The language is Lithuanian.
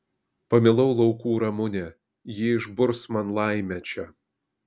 pamilau laukų ramunę ji išburs man laimę čia